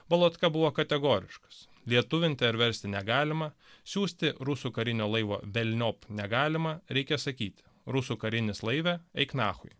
volodka buvo kategoriškas lietuvinti ar versti negalima siųsti rusų karinio laivo velniop negalima reikia sakyt rusų karinis laive eik nachui